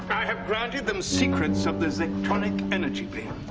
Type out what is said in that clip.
i have granted them secrets of the zectronic energy beam.